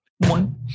One